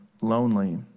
lonely